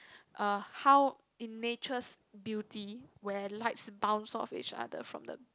uh how in nature's beauty where lights bounce off each other from the